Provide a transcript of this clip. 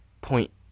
point